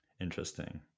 Interesting